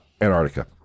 antarctica